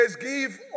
give